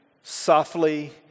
softly